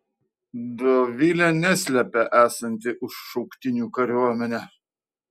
dovilė neslepia esanti už šauktinių kariuomenę